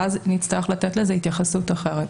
ואז נצטרך לתת לזה התייחסות אחרת.